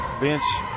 Bench